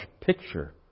picture